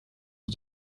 was